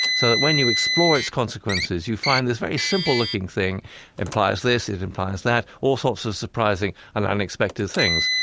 so that when you explore its consequences, you find this very simple-looking thing. it implies this, it implies that, all sorts of surprising and unexpected things.